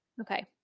Okay